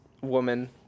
woman